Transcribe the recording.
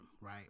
right